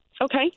Okay